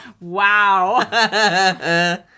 Wow